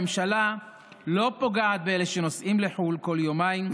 הממשלה לא פוגעת באלה שנוסעים לחו"ל כל יומיים,